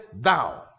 thou